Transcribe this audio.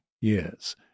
years